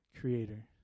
creator